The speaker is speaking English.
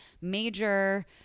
major